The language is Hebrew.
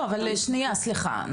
לא אבל סליחה שנייה,